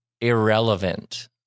irrelevant